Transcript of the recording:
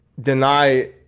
deny